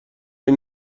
این